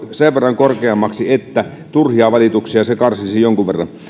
sen verran korkeammaksi että turhia valituksia se karsisi jonkun verran